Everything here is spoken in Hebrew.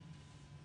חוץ.